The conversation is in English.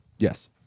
Yes